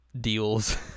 deals